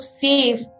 safe